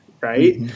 Right